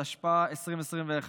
התשפ"א 2021,